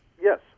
Yes